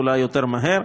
אולי יותר מהר.